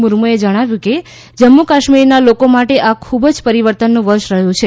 મુર્મુએ જણાવ્યુ કે જમ્મુ કાશ્મીરના લોકો માટે આ ખૂબ જ પરિવર્તનનું વર્ષ રહ્યું છે